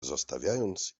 zostawiając